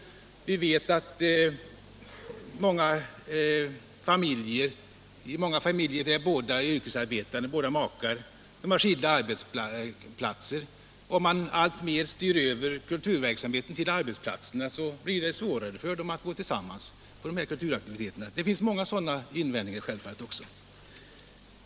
Vi vet att båda makarna yrkesarbetar i många familjer, och de har ofta skilda arbetsplatser. Om man alltmer styr över kulturverksamheten till arbetsplatserna, blir det svårare för makarna att gå tillsammans på de här kulturaktiviteterna. Det finns självfallet många sådana invändningar att göra.